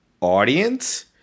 audience